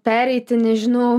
pereiti nežinau